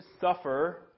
suffer